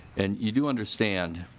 and you do understand